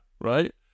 right